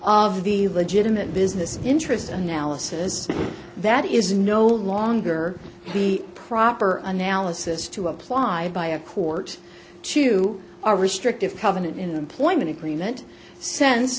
of the legitimate business interest analysis that is no longer the proper analysis to apply by a court to our restrictive covenant in the employment agreement sense